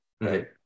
right